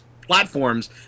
platforms